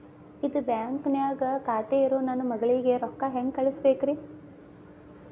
ಇದ ಬ್ಯಾಂಕ್ ನ್ಯಾಗ್ ಖಾತೆ ಇರೋ ನನ್ನ ಮಗಳಿಗೆ ರೊಕ್ಕ ಹೆಂಗ್ ಕಳಸಬೇಕ್ರಿ?